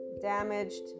damaged